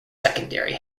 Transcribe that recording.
secondary